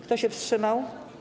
Kto się wstrzymał?